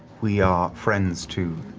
we are friends to